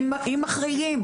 אם מחריגים.